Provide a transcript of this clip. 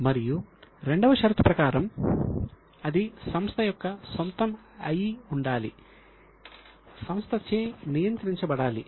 మరియు రెండవ షరతు ప్రకారం అది సంస్థ యొక్క సొంతం అయి ఉండాలి లేదా సంస్థచే నియంత్రించబడాలి